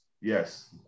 Yes